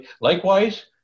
Likewise